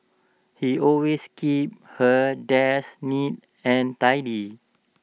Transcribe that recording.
he always keeps her desk neat and tidy